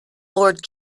lord